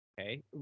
okay